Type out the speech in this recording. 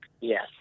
Yes